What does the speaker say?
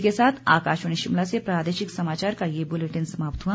इसी के साथ आकाशवाणी शिमला से प्रादेशिक समाचार का ये बुलेटिन समाप्त हुआ